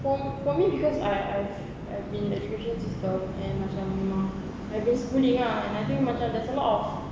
for for me because I've I've I've been in the education system and macam memang I've been schooling ah and I think macam there's a lot of